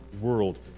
world